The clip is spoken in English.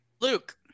Luke